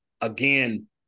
again